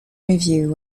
review